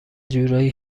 جورایی